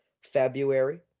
February